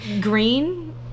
green